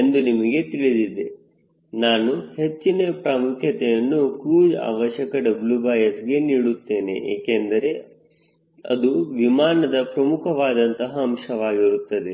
ಎಂದು ನಿಮಗೆ ತಿಳಿದಿದೆ ನಾನು ಹೆಚ್ಚಿನ ಪ್ರಾಮುಖ್ಯತೆಯನ್ನು ಕ್ರೂಜ್ ಅವಶ್ಯಕ WSಗೆ ನೀಡುತ್ತೇನೆ ಏಕೆಂದರೆ ಅದು ವಿಮಾನದ ಪ್ರಮುಖವಾದಂತಹ ಅಂಶವಾಗಿರುತ್ತದೆ